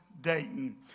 Dayton